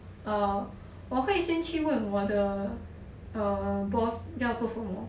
oh 我会先问我的 err boss 要做什么